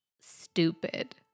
stupid